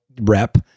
rep